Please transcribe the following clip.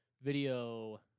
video